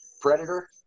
predator